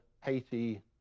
Haiti